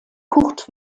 kurt